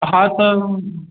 हा त